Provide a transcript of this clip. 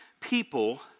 people